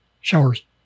showers